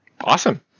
Awesome